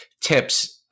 tips